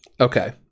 Okay